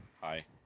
Hi